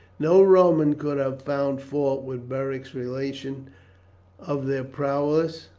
no roman could have found fault with beric's relation of their prowess